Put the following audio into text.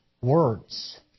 words